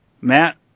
Matt